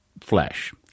flesh